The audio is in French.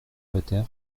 quater